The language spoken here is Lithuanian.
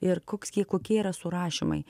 ir koks kie kokie yra surašymai